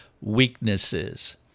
weaknesses